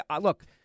look